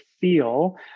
feel